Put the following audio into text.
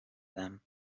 them